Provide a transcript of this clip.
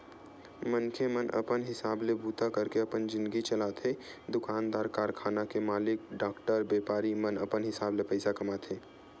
मनखे मन अपन हिसाब ले बूता करके अपन जिनगी चलाथे दुकानदार, कारखाना के मालिक, डॉक्टर, बेपारी मन अपन हिसाब ले पइसा कमाथे